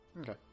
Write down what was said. Okay